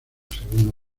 segunda